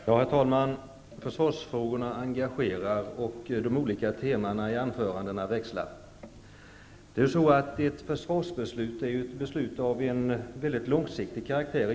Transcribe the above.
Herr talman! Försvarsfrågorna engagerar, och temana i anförandena växlar. Ett försvarsbeslut är egentligen ett beslut av mycket långsiktig karaktär.